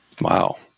Wow